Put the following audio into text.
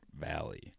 valley